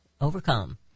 overcome